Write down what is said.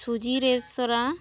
ᱥᱩᱡᱤ ᱨᱮᱥᱛᱚᱨᱟ